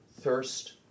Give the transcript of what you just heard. thirst